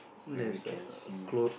where we can see